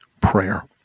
prayer